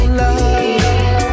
love